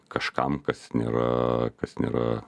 kažkam kas nėra kas nėra